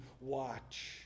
watch